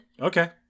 Okay